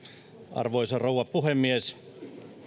arvoisa rouva puhemies